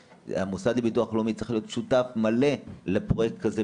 המוסד לביטוח לאומי צריך להיות שותף מלא לפרוייקט כזה,